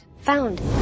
Found